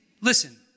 listen